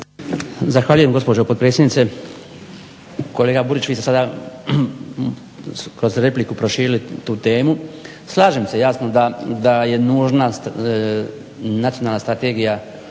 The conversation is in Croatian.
Zahvaljujem gospođo potpredsjednice. Kolega Burić vi ste sada kroz repliku proširili tu temu. Slažem se jasno da je nužnost nacionalna strategija